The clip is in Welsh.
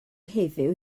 heddiw